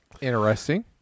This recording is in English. Interesting